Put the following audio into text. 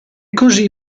così